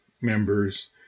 members